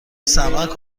سمعک